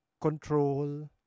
control